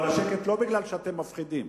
אבל השקט הוא לא משום שאתם מפחידים,